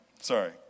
Sorry